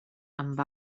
amb